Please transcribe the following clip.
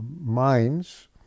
minds